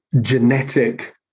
genetic